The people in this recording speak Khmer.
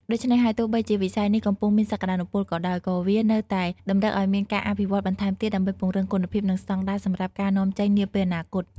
ដូច្នេះហើយ ទោះបីជាវិស័យនេះកំពុងមានសក្តានុពលក៏ដោយ ក៏វានៅតែតម្រូវឲ្យមានការអភិវឌ្ឍបន្ថែមទៀតដើម្បីពង្រឹងគុណភាពនិងស្តង់ដារសម្រាប់ការនាំចេញនាពេលអនាគត។